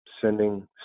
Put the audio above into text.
sending